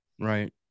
Right